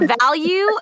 value